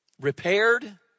repaired